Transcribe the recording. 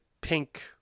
pink